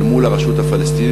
אל מול הרשות הפלסטינית,